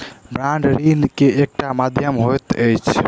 bond ऋण के एकटा माध्यम होइत अछि